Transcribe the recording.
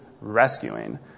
rescuing